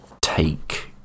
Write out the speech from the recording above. take